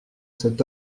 cet